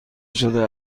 شده